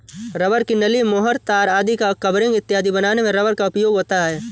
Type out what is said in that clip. rubber की नली, मुहर, तार आदि का कवरिंग इत्यादि बनाने में रबर का उपयोग होता है